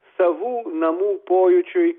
savų namų pojūčiui